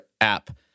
app